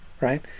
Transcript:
right